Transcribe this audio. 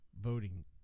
voting